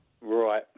Right